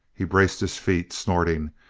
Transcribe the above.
he braced his feet, snorting,